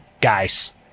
guys